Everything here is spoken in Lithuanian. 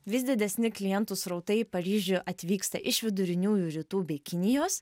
vis didesni klientų srautai į paryžių atvyksta iš viduriniųjų rytų bei kinijos